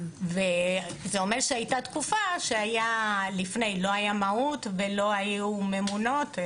זה אומר שהייתה תקופה לפני שלא הייתה מהו"ת ולא היו ממונות.